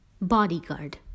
Bodyguard